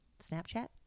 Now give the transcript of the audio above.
snapchat